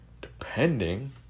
Depending